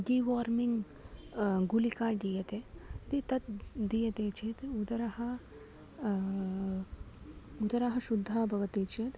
deworming गुलिका दीयते यदि तत् दीयते चेत् उदरः उदरः शुद्धः भवति चेत्